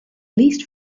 least